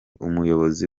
umuyobozi